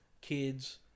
kids